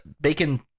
bacon